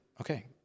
okay